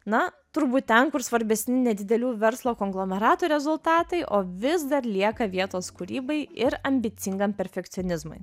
na turbūt ten kur svarbesni nedidelių verslo konglomeratų rezultatai o vis dar lieka vietos kūrybai ir ambicingam perfekcionizmui